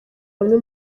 bamwe